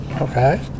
Okay